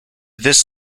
this